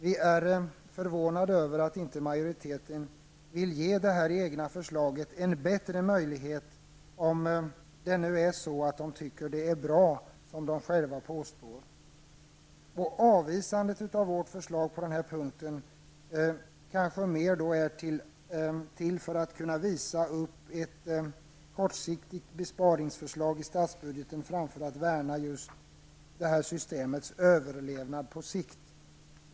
Vi är förvånade över att majoriteten inte vill ge sitt eget förslag en bättre möjlighet, om den nu tycker att det är bra som den själv påstår. Avvisandet av vårt förslag på den här punkten kanske är mera till för att kunna visa upp ett kortsiktigt besparingsförslag i statsbudgeten i stället för att värna systemets överlevnad på sikt.